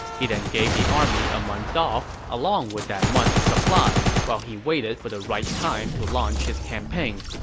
he then gave the army a month off, along with that month's supplies, while he waited for the right time to launch his campaign